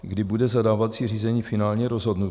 Kdy bude zadávací řízení finálně rozhodnuto?